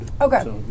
okay